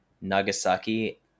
Nagasaki